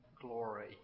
glory